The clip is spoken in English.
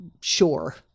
sure